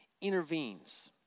intervenes